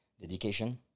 Dedication